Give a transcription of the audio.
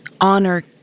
honor